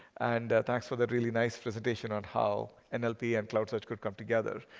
and thanks for that really nice presentation on how and nlp yeah and cloud search could come together.